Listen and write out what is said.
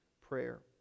prayer